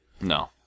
No